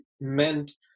meant